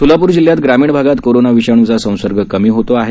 सोलापूर जिल्ह्यात ग्रामीण भागात कोरोना विषाणूचा संसर्ग कमी होत आहे